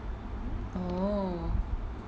oh